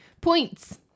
Points